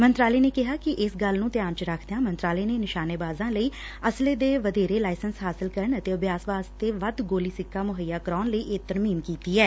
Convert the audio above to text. ਮੰਤਰਾਲੇ ਨੇ ਕਿਹਾ ਕਿ ਇਸ ਗੱਲ ਨੂੰ ਧਿਆਨ ਚ ਰੱਖਦਿਆਂ ਮੰਤਰਾਲੇ ਨੇ ਨਿਸ਼ਾਨੇਬਾਜਾਂ ਲਈ ਅਸਲੇ ਦੇ ਵਧੇਰੇ ਲਾਇਸੈਂਸ ਹਾਸਲ ਕਰਨ ਅਤੇ ਅਭਿਆਸ ਵਾਸਤੇ ਵੱਧ ਗੋਲੀ ਸਿੱਕਾ ਮੁਹੱਈਆ ਕਰਾਉਣ ਲਈ ਇਹ ਤਰਮੀਮ ਕੀਤੀ ਐ